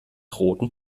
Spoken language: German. roten